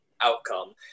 outcome